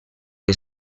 que